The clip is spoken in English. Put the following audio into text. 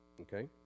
okay